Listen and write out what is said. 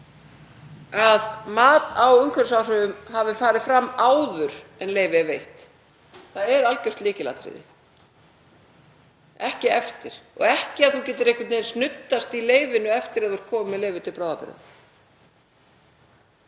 að mat á umhverfisáhrifum hafi farið fram áður en leyfi er veitt. Það er algjört lykilatriði. Ekki eftir á og ekki að þú getir einhvern veginn snuddast í leyfinu eftir að þú ert kominn með leyfi til bráðabirgða.